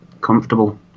comfortable